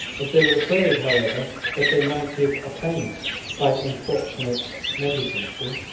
as they were afraid, however, that they might give offence by importunate mendicancy,